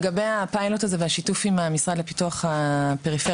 לגבי הפיילוט הזה ושיתוף הפעולה עם המשרד לפיתוח הפריפריה,